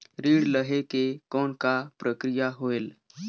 ऋण लहे के कौन का प्रक्रिया होयल?